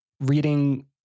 reading